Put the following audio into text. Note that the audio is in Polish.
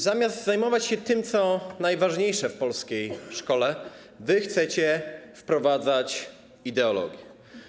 Zamiast zajmować się tym, co najważniejsze w polskiej szkole, wy chcecie wprowadzać ideologię.